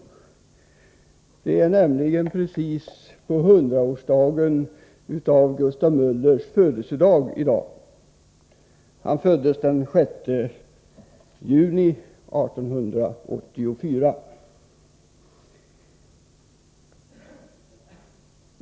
Precis i dag kan vi nämligen fira hundraårsminnet av Gustav Möllers födelsedag. Han föddes den 6 juni 1884.